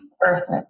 Perfect